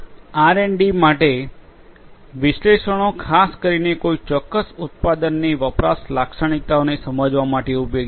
R and D માટે વિશ્લેષણો ખાસ કરીને કોઈ ચોક્કસ ઉત્પાદનની વપરાશ લાક્ષણિકતાઓને સમજવા માટે ઉપયોગી છે